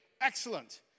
Excellent